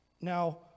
Now